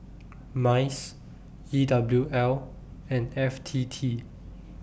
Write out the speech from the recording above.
Mice E W L and F T T